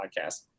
podcast